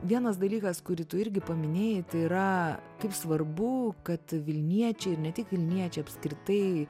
vienas dalykas kurį tu irgi paminėjai tai yra kaip svarbu kad vilniečiai ir ne tik vilniečiai apskritai